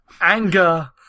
anger